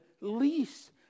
least